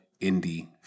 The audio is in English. indie